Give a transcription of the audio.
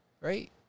Right